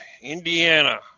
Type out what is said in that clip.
Indiana